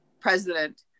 President